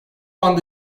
anda